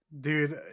Dude